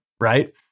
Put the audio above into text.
right